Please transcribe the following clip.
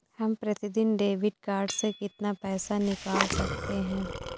हम प्रतिदिन debit card से कितना पैसा निकाल सकते हैं?